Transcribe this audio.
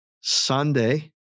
Sunday